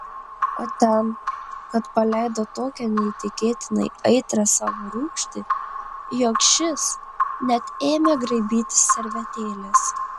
o ten kad paleido tokią neįtikėtinai aitrią savo rūgštį jog šis net ėmė graibytis servetėlės